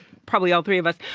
probably all three of us.